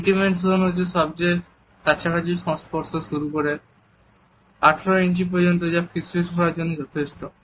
intimate zone সবথেকে কাছাকাছি সংস্পর্শ থেকে শুরু করে 18 ইঞ্চি পর্যন্ত যা ফিসফিস করার জন্য যথেষ্ট